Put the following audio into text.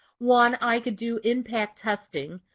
one, i can do impact testing.